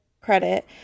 credit